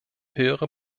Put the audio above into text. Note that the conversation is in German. höhere